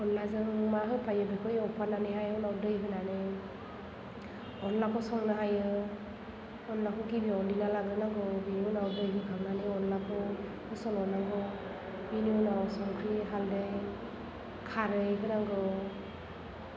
अनलाजों मा होफायो बेखौ एवफानानैहाय उनाव दै होनानै अनलाखौ संनो हायो अनलाखौ गिबियावनो देना लाग्रोनांगौ बिनि उनाव दै होखांनानै अनलाखौ होसनहरनांगौ बिनि उनाव संख्रि हालदै खारै होनांगौ